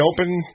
open